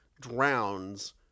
drowns